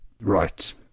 right